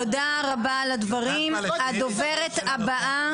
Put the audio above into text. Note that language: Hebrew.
האגף לתרבות יהודית הוא אגף בעל אוריינטציה אורתודוכסית,